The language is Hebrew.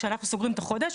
כשאנחנו סוגרים את החודש,